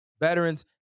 veterans